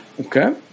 Okay